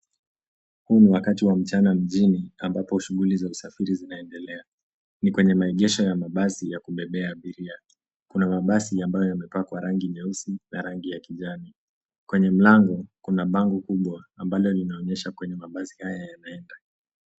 Huu ni wakati wa mchana mjini ambapo shughuli za usafiri zinaendelea. Ni kwenye maegesho ya basi ya kubebea abiria. Kuna mabasi ambayo yamepakwa rangi nyeusi na rangi ya kijani. Kwenye mlango kuna bango kubwa ambalo linaonyesha kwenye mabasi haya yanaenda.